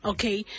Okay